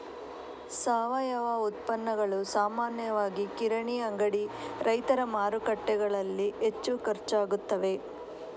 ಸಾವಯವ ಉತ್ಪನ್ನಗಳು ಸಾಮಾನ್ಯವಾಗಿ ಕಿರಾಣಿ ಅಂಗಡಿ, ರೈತರ ಮಾರುಕಟ್ಟೆಗಳಲ್ಲಿ ಹೆಚ್ಚು ಖರ್ಚಾಗುತ್ತವೆ